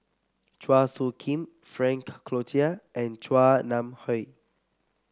Chua Soo Khim Frank Cloutier and Chua Nam Hai